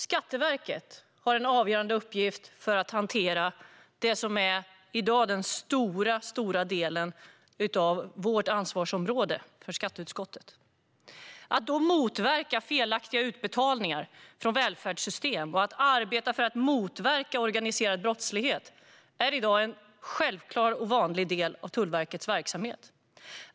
Skatteverket har en avgörande uppgift att hantera det som i dag är den stora delen av skatteutskottets ansvarsområde. Att då motverka felaktiga utbetalningar från välfärdssystem och att arbeta för att motverka organiserad brottslighet är i dag en självklar och vanlig del av Tullverkets verksamhet.